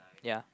ya